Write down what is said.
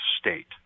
state